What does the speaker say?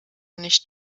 nicht